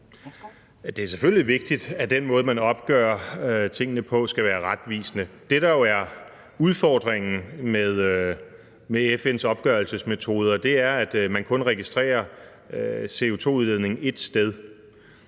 Det er selvfølgelig vigtigt, at den måde, man opgør tingene på, skal være retvisende. Det, der jo er udfordringen med FN's opgørelsesmetoder, er, at man kun registrerer CO2-udledning ét sted.